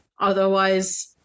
otherwise